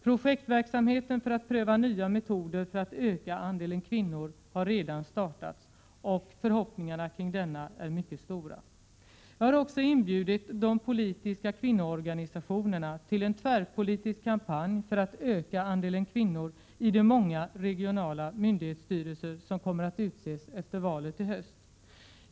Projektverksamheten för att pröva nya metoder för att öka andelen kvinnor har redan startats, och förhoppningarna kring denna är mycket stora. Jag har också inbjudit de politiska kvinnoorganisationerna till en tvärpolitisk kampanj för att öka andelen kvinnor i de många regionala myndighetsstyrelser som kommer att utses efter valet i höst.